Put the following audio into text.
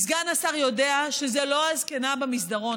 כי סגן השר יודע שזה לא הזקנה במסדרון,